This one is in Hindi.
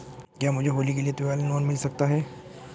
क्या मुझे होली के लिए त्यौहार लोंन मिल सकता है?